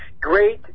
Great